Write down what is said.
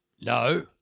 No